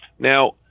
Now